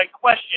question